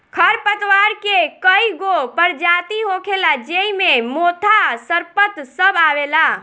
खर पतवार के कई गो परजाती होखेला ज़ेइ मे मोथा, सरपत सब आवेला